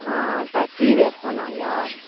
हँ तऽ की रेट सोना यऽ